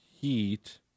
Heat